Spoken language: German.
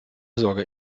sorge